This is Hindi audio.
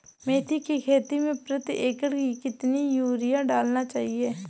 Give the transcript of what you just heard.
मेथी के खेती में प्रति एकड़ कितनी यूरिया डालना चाहिए?